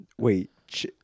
Wait